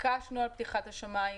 התעקשנו על פתיחת השמיים.